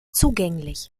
zugänglich